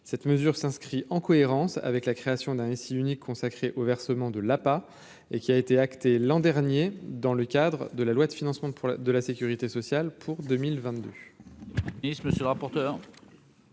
cette mesure s'inscrit en cohérence avec la création d'un ici unique consacrée au versement de la pas et qui a été acté l'an dernier dans le cadre de la loi de financement de de la sécurité sociale pour 2022.